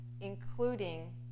including